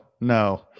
no